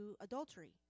adultery